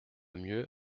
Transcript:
mieux